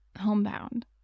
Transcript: homebound